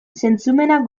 zentzumenak